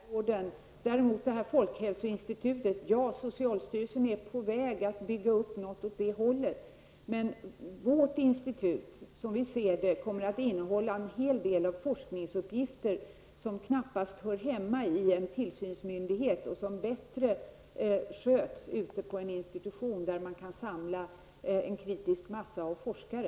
Herr talman! Vi är helt överens om primärvården. När det gäller folkhälsoinstitut är socialstyrelsen på väg att bygga upp någonting åt det hållet. Det institut som vi förordar kommer att innehålla en hel del av forskningsuppgifter som knappast hör hemma inom en tillsynsmyndighet och som bättre handhas ute på en institution där man kan samla en kritisk skara av forskare.